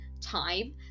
time